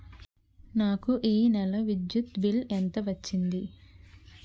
నాకు ఈ నెల విద్యుత్ బిల్లు ఎంత వచ్చింది?